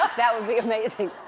but that would be amazing.